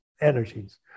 energies